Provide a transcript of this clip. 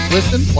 Listen